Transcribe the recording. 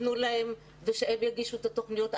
תנו להם ושהם יגישו את התוכניות.